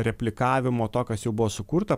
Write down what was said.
replikavimo to kas jau buvo sukurta